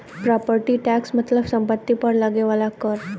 property tax मतलब सम्पति पर लगे वाला कर